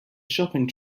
shopping